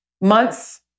months